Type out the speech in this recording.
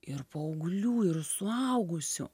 ir paauglių ir suaugusių